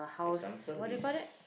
example is